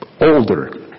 older